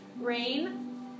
rain